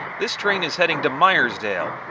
this train is heading to myersdale,